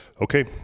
Okay